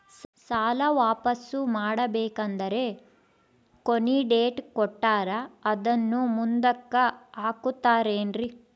ಸಾಲ ವಾಪಾಸ್ಸು ಮಾಡಬೇಕಂದರೆ ಕೊನಿ ಡೇಟ್ ಕೊಟ್ಟಾರ ಅದನ್ನು ಮುಂದುಕ್ಕ ಹಾಕುತ್ತಾರೇನ್ರಿ?